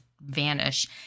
vanish